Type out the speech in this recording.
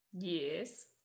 Yes